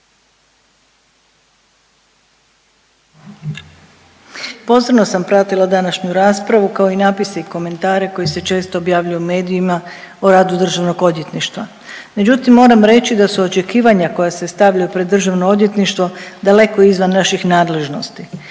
Pozorno sam pratila današnju raspravu kao i natpise i komentare koji se često objavljuju u medijima o radu Državnog odvjetništva. Međutim, moram reći da su očekivanja koja se stavljaju pred Državno odvjetništvo daleko izvan naših nadležnosti.